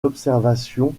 l’observation